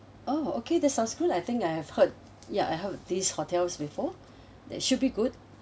oh okay that sounds good I think I have heard ya I heard these hotels before that should be good